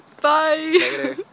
Bye